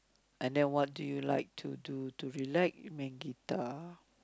and then what do you like to do to relax you mean guitar